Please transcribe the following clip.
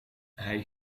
hij